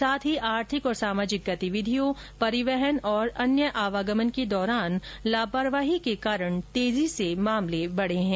साथ ही आर्थिक और सामाजिक गतिविधियों परिवहन और अन्य आवागमन के दौरान लापरवाही के कारण तेजी से मामले बढ़े हैं